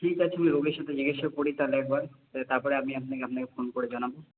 ঠিক আছে আমি রবির সাথে জিজ্ঞেসা করি তাহলে একবার তারপরে আপনি আমি আপনাকে ফোন করে জানাবো